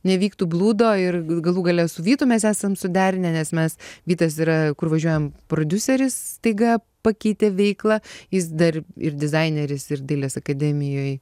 nevyktų blūdo ir galų gale su vytu mes esam suderinę nes mes vytas yra kur važiuojam prodiuseris staiga pakeitė veiklą jis dar ir dizaineris ir dailės akademijoj